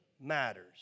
matters